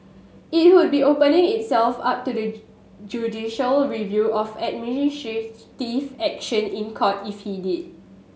it would be opening itself up to the judicial review of action in Court if it did